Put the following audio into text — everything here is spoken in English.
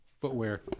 footwear